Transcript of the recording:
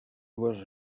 was